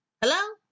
Hello